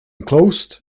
closed